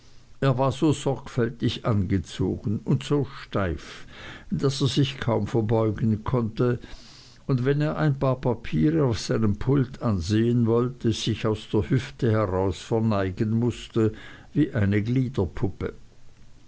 er war so sorgfältig angezogen und so steif daß er sich kaum verbeugen konnte und wenn er ein paar papiere auf seinem pult ansehen wollte sich aus der hüfte heraus verneigen mußte wie eine